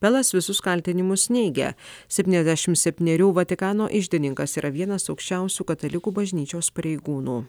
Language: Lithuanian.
belas visus kaltinimus neigia septyniasdešimt septynerių vatikano iždininkas yra vienas aukščiausių katalikų bažnyčios pareigūnų